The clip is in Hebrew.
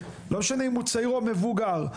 לא משנה אם צעיר או מבוגר,